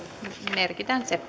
merkitään se